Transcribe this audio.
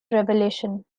revelation